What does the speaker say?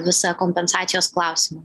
visą kompensacijos klausimą